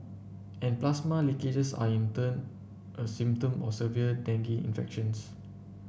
and plasma leakages are in turn a symptom of severe dengue infections